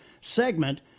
segment